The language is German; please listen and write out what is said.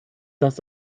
das